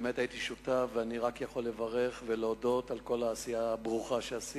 באמת הייתי שותף ואני יכול רק לברך ולהודות על כל העשייה הברוכה שלך.